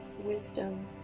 wisdom